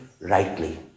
rightly